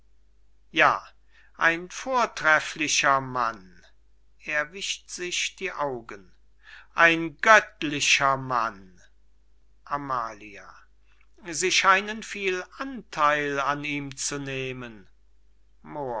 ja ein vortreflicher mann er wischt sich die augen ein göttlicher mann amalia sie scheinen viel antheil an ihm zu nehmen